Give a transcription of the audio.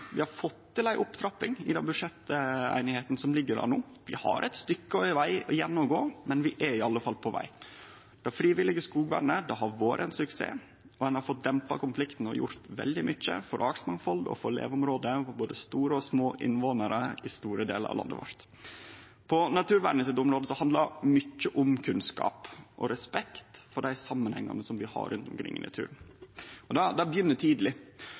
Vi har fått til ei opptrapping i den budsjettsemja som ligg der no. Vi har eit stykke veg igjen å gå, men vi er iallfall på veg. Det frivillige skogvernet har vore ein suksess, og ein har fått dempa konflikten og gjort veldig mykje for artsmangfaldet og for leveområde for både små og store «innvånarar» i store delar av landet vårt. På naturvernet sitt område handlar mykje om kunnskap og respekt for dei samanhengane vi har rundt omkring i naturen. Det begynner tidleg. Det handlar om dei store pottane på statsbudsjettet, og det